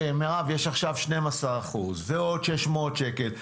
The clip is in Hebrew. מירב, יש עכשיו 12% ועוד 600 שקלים.